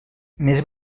més